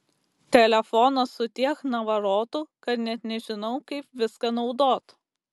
telefonas su tiek navarotų kad net nežinau kaip viską naudot